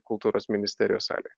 kultūros ministerijos salėje